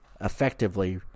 effectively